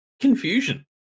Confusion